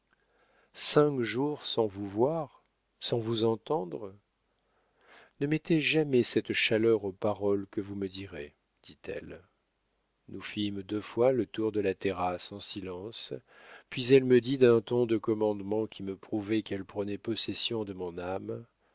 cinq jours sans vous voir sans vous entendre ne mettez jamais cette chaleur aux paroles que vous me direz dit-elle nous fîmes deux fois le tour de la terrasse en silence puis elle me dit d'un ton de commandement qui me prouvait qu'elle prenait possession de mon âme